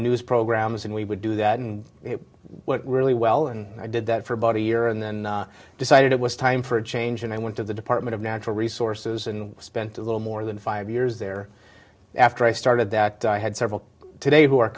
news programs and we would do that in really well and i did that for a body year and then decided it was time for a change and i went to the department of natural resources and spent a little more than five years there after i started that i had several today who